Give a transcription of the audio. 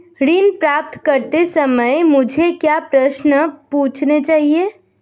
ऋण प्राप्त करते समय मुझे क्या प्रश्न पूछने चाहिए?